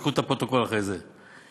תקראו את הפרוטוקול אחרי זה: